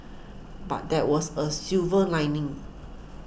but there was a silver lining